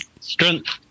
Strength